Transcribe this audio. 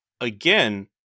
Again